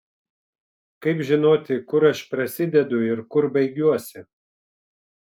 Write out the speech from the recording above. kaip žinoti kur aš prasidedu ir kur baigiuosi